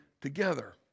together